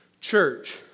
church